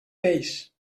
peix